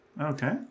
Okay